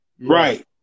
Right